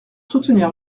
soutenir